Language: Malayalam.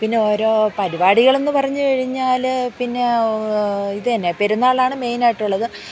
പിന്നെ ഓരോ പരിപാടികളെന്ന് പറഞ്ഞു കഴിഞ്ഞാൽ പിന്നെ ഇതെന്നെ പെരുന്നാളാണ് മെയിനായിട്ടുള്ളത്